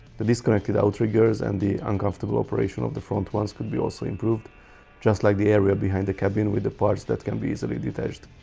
the disconnected outriggers and the uncomfortable operation of the front ones could be also improved just like the area behind the cabin with the parts that can be easily detached.